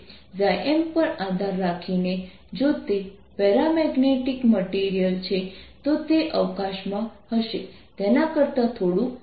M પર આધાર રાખીને જો તે પેરામેગ્નેટિક મટીરીયલ છે તો તે અવકાશમાં હશે તેના કરતા થોડું મોટું હશે